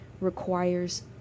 requires